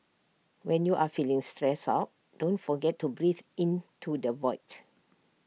when you are feeling stressed out don't forget to breathe into the void